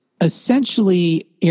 essentially